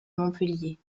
montpellier